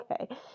okay